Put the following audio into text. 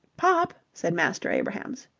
pop! said master abrahams.